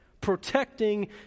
protecting